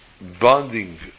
bonding